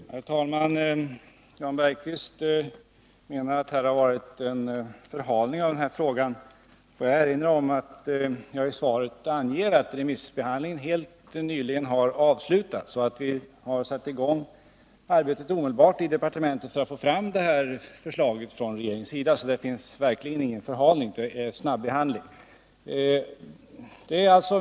Herr talman! Jan Bergqvist menar att frågan har förhalats. Får jag erinra om att jag i svaret har angett att remissbehandlingen helt nyligen har avslutats och att vi i departementet omedelbart har satt i gång arbetet för att kunna lägga fram ett förslag. Det är verkligen inte fråga om någon förhalning utan om en snabbehandling.